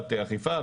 מתבצעת גם אכיפה,